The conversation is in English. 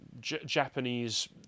japanese